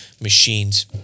machines